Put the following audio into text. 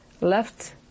left